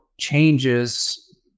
changes